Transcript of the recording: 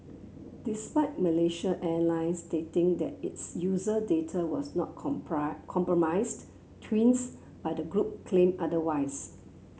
despite Malaysia Airlines stating that its user data was not compromised tweets by the group claimed otherwise